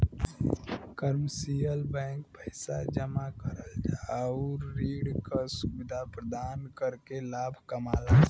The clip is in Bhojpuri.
कमर्शियल बैंक पैसा जमा करल आउर ऋण क सुविधा प्रदान करके लाभ कमाला